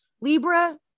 Libra